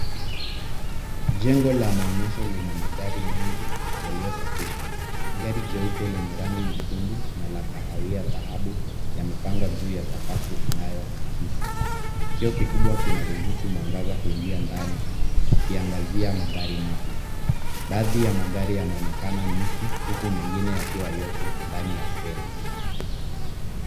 Jengo la maonyesho lina magari mengi yaliyosafishwa. Gari jeupe lenye rangi nyekundu na la kahawia dhahabu yamepangwa juu ya sakafu inayoakisi. Kioo kikubwa kinaruhusu mwangaza kuingia ndani, kikiangazia magari mapya. Baadhi ya magari yanaonekana nusu, huku mengine yakiwa yote ndani ya fremu.